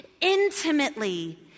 intimately